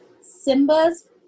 Simba's